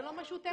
זה לא משהו טכני.